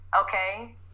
Okay